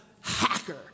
hacker